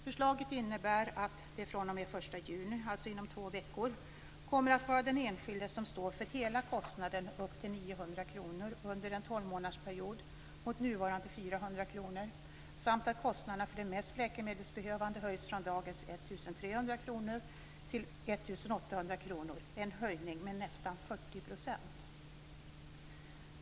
Förslaget innebär att det fr.o.m. den 1 juni, alltså inom två veckor, kommer att vara den enskilde som står för hela kostnaden upp till 900 kr under en tolvmånadersperiod - i dag är det 400 kr - samt att kostnaderna för de mest läkemedelsbehövande höjs från dagens 1 300 kr till 1 800 kr. Det är en höjning med nästan 40 %.